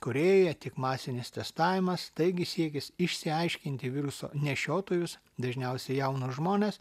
korėjoje tik masinis testavimas taigi siekis išsiaiškinti viruso nešiotojus dažniausiai jaunus žmones